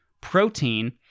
protein